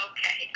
Okay